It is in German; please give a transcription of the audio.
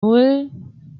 nan